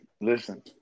Listen